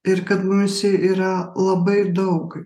ir kad mumyse yra labai daug